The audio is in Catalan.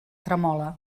tremola